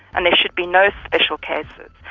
and there should be no special cases,